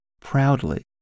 proudly